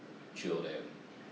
chio then